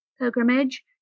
pilgrimage